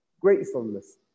gratefulness